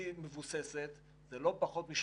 בסוף, החשיבות היא זה ההוקרה שמתחלקת